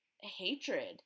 hatred